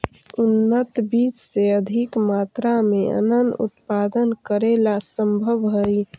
उन्नत बीज से अधिक मात्रा में अन्नन उत्पादन करेला सम्भव हइ